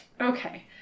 Okay